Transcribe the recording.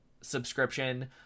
subscription